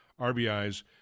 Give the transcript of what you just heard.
RBIs